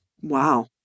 Wow